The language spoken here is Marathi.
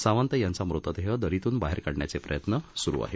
सांवत यांचा मृतदेह दरीतून बाहेर काढण्याचे प्रयत्न सुरू आहेत